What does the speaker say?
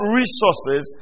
resources